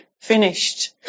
finished